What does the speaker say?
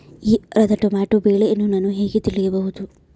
ಈ ವಾರದ ಟೊಮೆಟೊ ಬೆಲೆಯನ್ನು ನಾನು ಹೇಗೆ ತಿಳಿಯಬಹುದು?